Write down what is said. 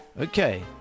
okay